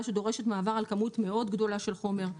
שדורשת מעבר על כמות מאוד גדולה של חומר,